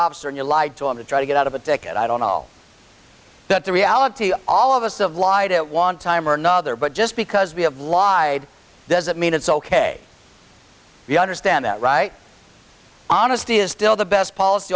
officer in your life to him to try to get out of a ticket i don't know that the reality of all of us have lied at one time or another but just because we have lied doesn't mean it's ok we understand that right honesty is still the best policy